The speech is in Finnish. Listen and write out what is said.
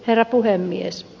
herra puhemies